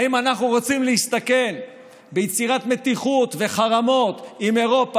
האם אנחנו רוצים להסתכן ביצירת מתיחות וחרמות עם אירופה,